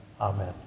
Amen